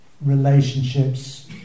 relationships